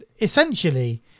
essentially